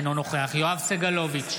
אינו נוכח יואב סגלוביץ'